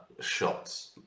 shots